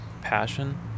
passion